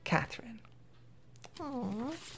Catherine